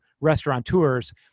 restaurateurs